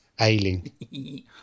Ailing